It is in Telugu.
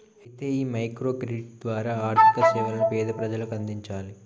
అయితే ఈ మైక్రో క్రెడిట్ ద్వారా ఆర్థిక సేవలను పేద ప్రజలకు అందించాలి